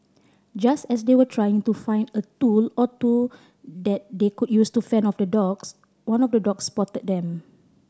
just as they were trying to find a tool or two that they could use to fend off the dogs one of the dogs spotted them